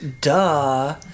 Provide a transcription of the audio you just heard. Duh